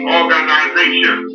organization